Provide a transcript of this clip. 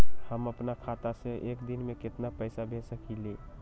हम अपना खाता से एक दिन में केतना पैसा भेज सकेली?